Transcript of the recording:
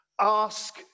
Ask